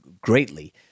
greatly